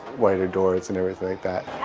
wider doors and everything like that